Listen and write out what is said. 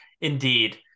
indeed